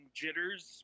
jitters